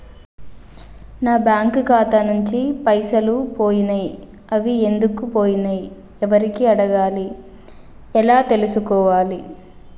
నా బ్యాంకు ఖాతా నుంచి పైసలు పోయినయ్ అవి ఎందుకు పోయినయ్ ఎవరిని అడగాలి ఎలా తెలుసుకోవాలి?